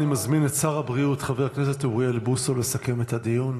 אני מזמין את שר הבריאות חבר הכנסת אוריאל בוסו לסכם את הדיון.